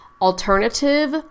alternative